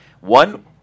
One